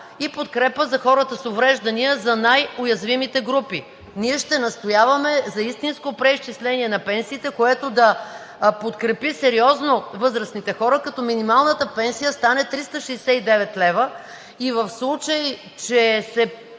и подкрепа за хората с увреждания – за най-уязвимите групи. Ние ще настояваме за истинско преизчисление на пенсиите, което да подкрепи сериозно възрастните хора, като минималната пенсия стане 369 лв. и в случай че се